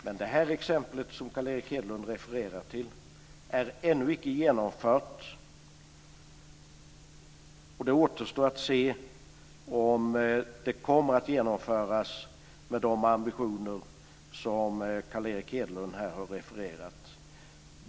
Men det exempel som Carl Erik Hedlund refererar till är ännu icke genomfört. Det återstår att se om det kommer att genomföras med de ambitioner som Carl Erik Hedlund här har refererat.